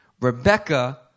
Rebecca